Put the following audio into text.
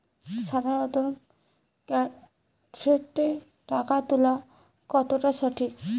সাধারণ ক্যাফেতে টাকা তুলা কতটা সঠিক?